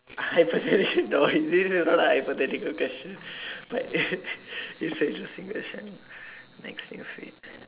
I really don't I really don't have a hypothetical question but this is very interesting question new next new fad